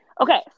Okay